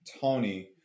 Tony